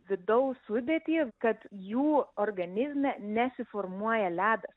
vidaus sudėtį kad jų organizme nesiformuoja ledas